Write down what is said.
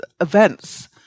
events